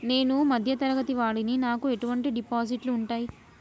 నేను మధ్య తరగతి వాడిని నాకు ఎటువంటి డిపాజిట్లు ఉంటయ్?